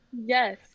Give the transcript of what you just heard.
Yes